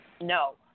No